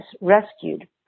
rescued